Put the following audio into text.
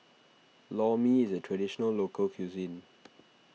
Lor Mee is a Traditional Local Cuisine